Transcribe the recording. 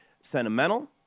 sentimental